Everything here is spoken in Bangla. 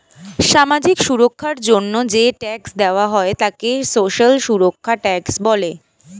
সামাজিক সুরক্ষার জন্য যে ট্যাক্স দেওয়া হয় তাকে সোশ্যাল সুরক্ষা ট্যাক্স বলে